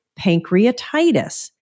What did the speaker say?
pancreatitis